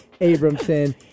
Abramson